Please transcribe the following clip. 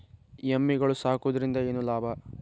ಎಮ್ಮಿಗಳು ಸಾಕುವುದರಿಂದ ಏನು ಲಾಭ?